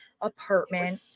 apartment